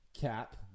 cap